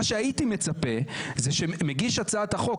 הייתי מצפה שמגיש הצעת החוק,